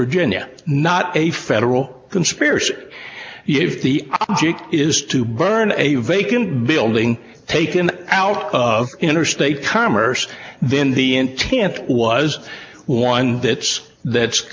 virginia not a federal conspiracy if the object is to burn a vacant building taken out of interstate commerce then the intent was one that's that's